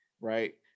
right